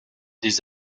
des